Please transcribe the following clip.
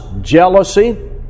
jealousy